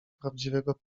prawdziwego